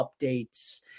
updates